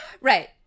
Right